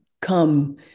come